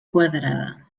quadrada